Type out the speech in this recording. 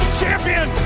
champion